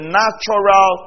natural